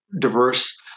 diverse